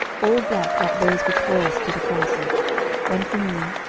all black like those which bore us to the castle one for me,